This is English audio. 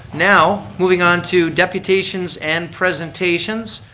now, moving on to deputations and presentations,